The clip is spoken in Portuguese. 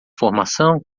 formação